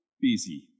busy